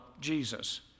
Jesus